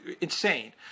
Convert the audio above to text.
Insane